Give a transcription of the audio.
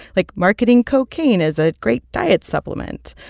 like, marketing cocaine as a great diet supplement.